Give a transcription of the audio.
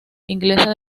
inglesa